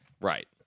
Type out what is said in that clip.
Right